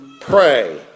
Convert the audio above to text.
pray